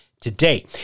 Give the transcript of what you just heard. today